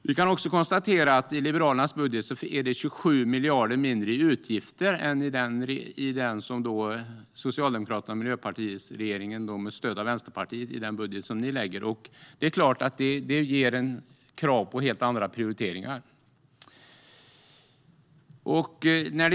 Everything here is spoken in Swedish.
Vi kan också konstatera att i Liberalernas budget är det 27 miljarder mindre i utgifter än i den budget som regeringen med stöd av Vänsterpartiet lägger fram. Det är klart att det ställer krav på helt andra prioriteringar.